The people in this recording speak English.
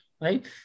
right